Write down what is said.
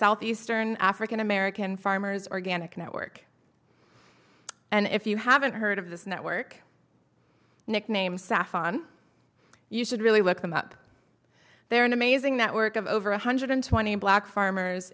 southeastern african american farmers organic network and if you haven't heard of this network nickname safwan you should really look them up they're an amazing network of over one hundred twenty black farmers